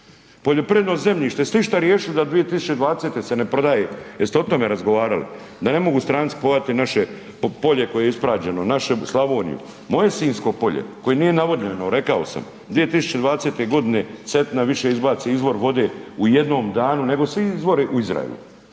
Poljoprivredno zemljište, jeste išta riješili da 2020. se ne prodaje, jeste o tome razgovarali, da ne mogu stranci kupovati naše polje koje je ispražnjeno, našu Slavoniju. Moje Sinjsko polje koje nije navodnjeno, rekao sam, 2020. godine Cetina više izbaci izvor vode u jednom danu nego svi izvori u Izraelu,